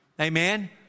Amen